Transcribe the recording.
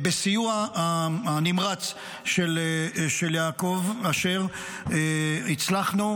בסיוע הנמרץ של יעקב אשר הצלחנו,